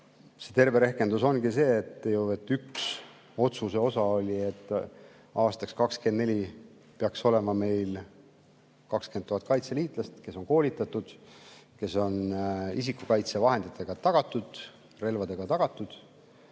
See terve rehkendus ongi see, et üks otsuse osa oli, et aastaks 2024 peaks olema meil 20 000 kaitseliitlast, kes on koolitatud, kellele on isikukaitsevahendid tagatud, relvad tagatud.